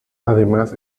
además